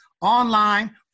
online